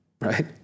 right